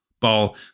ball